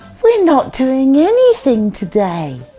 we're not doing anything today.